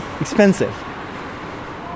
expensive